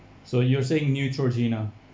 so you were saying neutrogena